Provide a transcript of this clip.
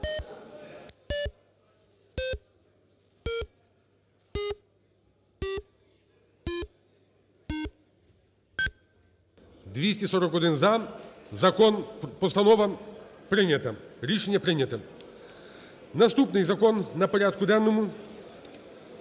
11:24:05 За-241 Постанова прийнята. Рішення прийнято. Наступний закон на порядку денному